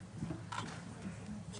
יש